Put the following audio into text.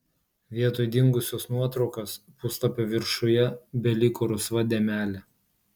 vietoj dingusios nuotraukos puslapio viršuje beliko rusva dėmelė